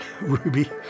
Ruby